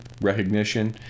recognition